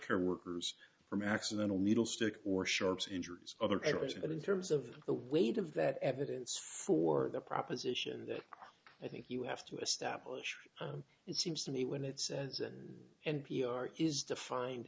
care workers from accidental needle stick or sharps injuries other errors but in terms of the weight of that evidence for the proposition that i think you have to establish it seems to me when it says and n p r is defined